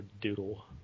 doodle